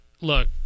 look